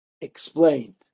explained